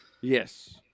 Yes